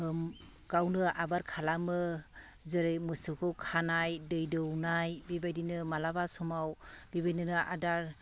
गावनो आबाद खालामो जेरै मोसौखौ खानाय दै दौनाय बेबायदिनो मालाबा समाव बेबायदिनो आदार